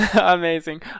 amazing